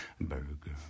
burger